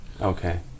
Okay